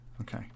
okay